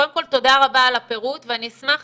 קודם כל תודה רבה על הפירוט ואני אשמח